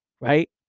right